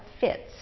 fits